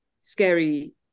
scary